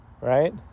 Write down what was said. Right